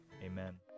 Amen